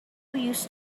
used